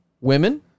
women